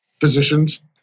physicians